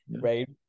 right